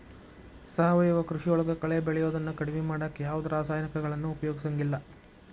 ಸಾವಯವ ಕೃಷಿಯೊಳಗ ಕಳೆ ಬೆಳಿಯೋದನ್ನ ಕಡಿಮಿ ಮಾಡಾಕ ಯಾವದ್ ರಾಸಾಯನಿಕಗಳನ್ನ ಉಪಯೋಗಸಂಗಿಲ್ಲ